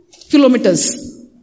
kilometers